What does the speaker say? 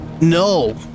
No